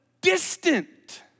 distant